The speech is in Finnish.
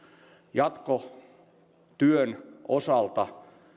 jatkotyön osalta